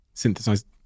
synthesized